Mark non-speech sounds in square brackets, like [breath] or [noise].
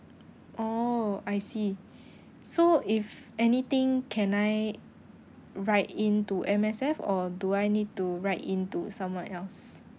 oh I see [breath] so if anything can I write in to M_S_F or do I need to write in to someone else